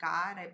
God